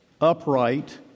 upright